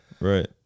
Right